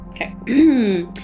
okay